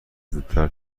زودتر